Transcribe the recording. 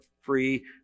free